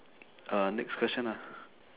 uh next question ah